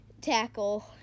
tackle